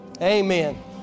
Amen